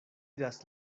iras